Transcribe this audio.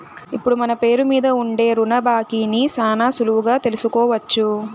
ఇప్పుడు మన పేరు మీద ఉండే రుణ బాకీని శానా సులువుగా తెలుసుకోవచ్చు